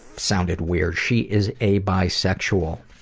sounded weird. she is a bisexual.